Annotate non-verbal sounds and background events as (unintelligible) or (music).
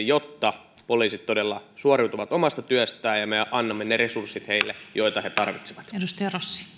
(unintelligible) jotta poliisit todella suoriutuvat omasta työstään ja me annamme heille ne resurssit joita he tarvitsevat arvoisa